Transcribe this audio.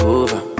over